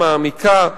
מעמיקה,